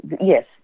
yes